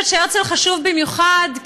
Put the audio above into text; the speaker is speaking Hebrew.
אני חושבת שהרצל חשוב במיוחד,